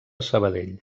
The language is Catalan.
sabadell